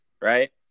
right